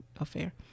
affair